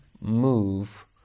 move